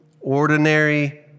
Ordinary